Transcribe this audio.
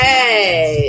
Hey